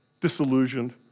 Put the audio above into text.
disillusioned